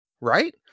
Right